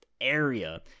area